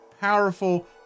powerful